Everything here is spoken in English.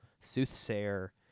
soothsayer